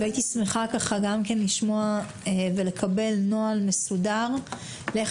הייתי שמחה לקבל נוהל מסודר ומענה